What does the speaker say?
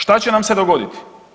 Šta će nam se dogoditi?